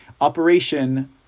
operation